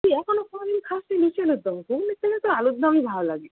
তুই এখনো কোনো দিন খাস নি লুচি আলুরদম ঘুগনির থেকে তো আলুরদমই ভালো লাগে